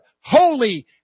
holy